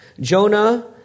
Jonah